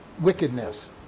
Wickedness